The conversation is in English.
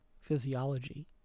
physiology